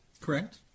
Correct